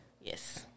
Yes